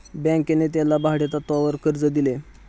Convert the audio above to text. बँकेने त्याला भाडेतत्वावर कर्ज दिले